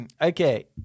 Okay